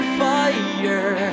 fire